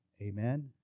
amen